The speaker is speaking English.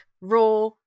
raw